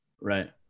Right